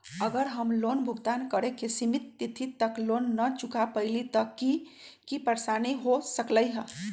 अगर हम लोन भुगतान करे के सिमित तिथि तक लोन न चुका पईली त की की परेशानी हो सकलई ह?